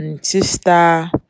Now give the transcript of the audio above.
sister